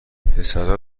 پسرا